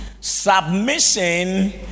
Submission